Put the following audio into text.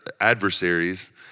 adversaries